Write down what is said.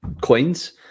coins